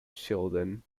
shildon